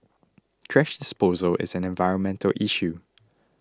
thrash disposal is an environmental issue